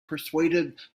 persuaded